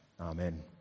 Amen